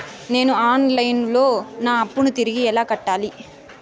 నేను online లో నా అప్పును తిరిగి ఎలా కట్టాలి?